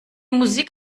musik